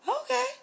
Okay